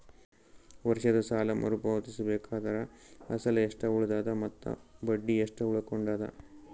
ವರ್ಷದ ಸಾಲಾ ಮರು ಪಾವತಿಸಬೇಕಾದರ ಅಸಲ ಎಷ್ಟ ಉಳದದ ಮತ್ತ ಬಡ್ಡಿ ಎಷ್ಟ ಉಳಕೊಂಡದ?